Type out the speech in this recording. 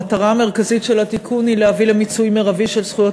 המטרה המרכזית של התיקון היא להביא למיצוי מרבי של זכויות